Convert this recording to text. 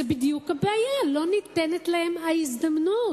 זו בדיוק הבעיה, שלא ניתנת להן ההזדמנות.